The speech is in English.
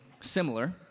similar